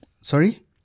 Sorry